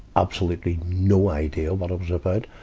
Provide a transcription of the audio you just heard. absolutely no idea what it was about.